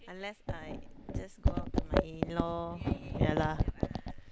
unless I just go out to my in law yeah lah